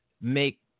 make